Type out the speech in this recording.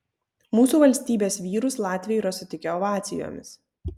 mūsų valstybės vyrus latviai yra sutikę ovacijomis